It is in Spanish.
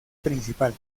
principal